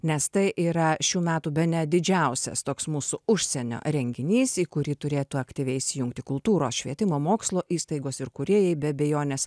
nes tai yra šių metų bene didžiausias toks mūsų užsienio renginys į kurį turėtų aktyviai įsijungti kultūros švietimo mokslo įstaigos ir kūrėjai be abejonės